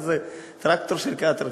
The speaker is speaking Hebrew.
מה זה טרקטור של "קטרפילר".